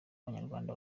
abanyarwanda